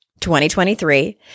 2023